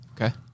Okay